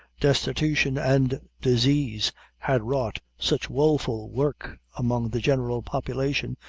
destitution and disease had wrought such woeful work among the general population,